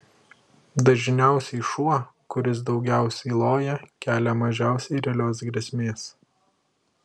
dažniausiai šuo kuris daugiausiai loja kelia mažiausiai realios grėsmės